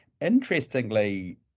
Interestingly